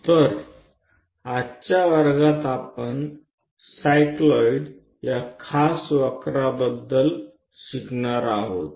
तर आजच्या वर्गात आपण सायक्लॉइड या खास वक्र बद्दल शिकणार आहोत